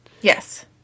Yes